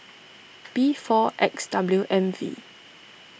B four X W M V